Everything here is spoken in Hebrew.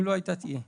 אם לא הייתה, תהיה.